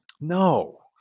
No